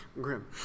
Grim